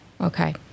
okay